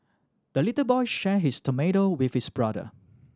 the little boy share his tomato with his brother